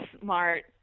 smart